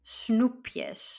snoepjes